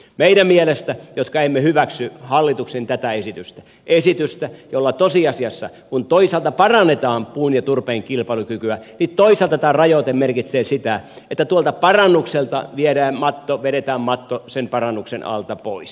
meidän mielestämme jotka emme hyväksy hallituksen tätä esitystä jolla toisaalta parannetaan puun ja turpeen kilpailukykyä toisaalta tämä rajoite merkitsee tosiasiassa sitä että tuon parannuksen alta vedetään matto pois